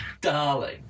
Darling